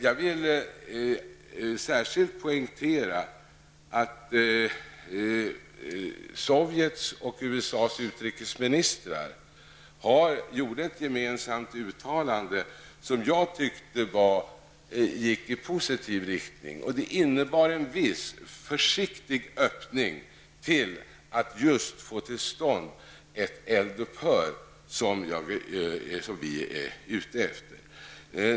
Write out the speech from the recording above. Jag vill särskilt poängtera att Sovjets och USAs utrikesministrar gjorde ett gemensamt uttalande, som jag tyckte gick i positiv riktning. Det innebar en viss försiktig öppning till att få till stånd just ett eld upphör, som också vi är ute efter.